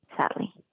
sadly